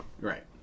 Right